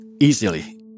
easily